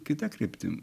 kita kryptim